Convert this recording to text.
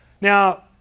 Now